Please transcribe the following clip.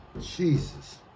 Jesus